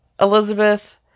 elizabeth